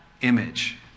image